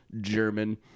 German